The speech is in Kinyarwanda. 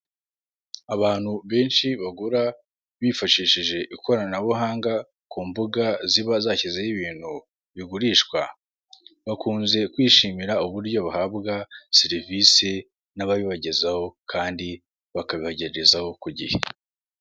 Abantu benshi bagura bifashishije ikoranabuhanga ku mbuga ziba zashyizeho ibintu bigurishwa, bakunze kwishimira uburyo bahabwa serivisi n'ababibagezaho kandi bakabibagerezaho ku gihe.